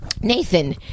Nathan